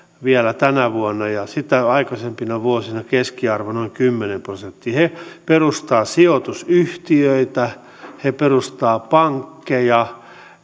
vielä tänä vuonna ja sitä aikaisempina vuosina keskiarvo noin kymmenen prosenttia he perustavat sijoitusyhtiöitä he perustavat pankkeja